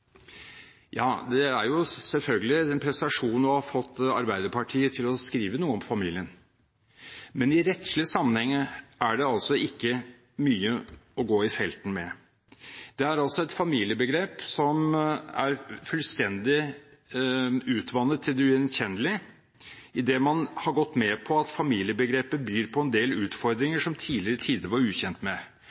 Ja, det er jo selvfølgelig en prestasjon å ha fått Arbeiderpartiet til å skrive noe om familien, men i rettslig sammenheng er det altså ikke mye å gå i felten med. Det er et familiebegrep som er fullstendig utvannet til det ugjenkjennelige, i det man har gått med på at familiebegrepet byr på en del utfordringer som man i tidligere tider var ukjent med.